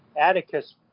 Atticus